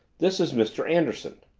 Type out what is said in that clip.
this is mr. anderson.